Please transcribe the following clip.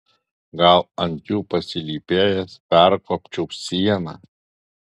gal ant jų pasilypėjęs perkopčiau sieną